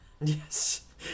yes